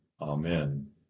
Amen